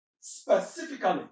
specifically